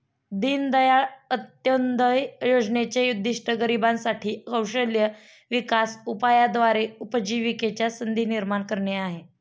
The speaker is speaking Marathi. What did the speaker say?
दीनदयाळ अंत्योदय योजनेचे उद्दिष्ट गरिबांसाठी साठी कौशल्य विकास उपायाद्वारे उपजीविकेच्या संधी निर्माण करणे आहे